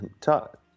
talk